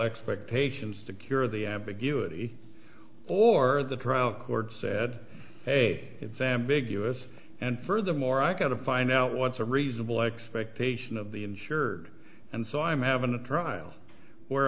expectations to cure the abigail woody or the trial court said hey exam big us and furthermore i got to find out what's a reasonable expectation of the insured and so i'm having a trial where